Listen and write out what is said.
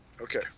Okay